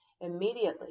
Immediately